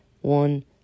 One